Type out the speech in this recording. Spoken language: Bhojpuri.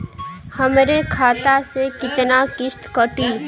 हमरे खाता से कितना किस्त कटी?